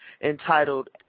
entitled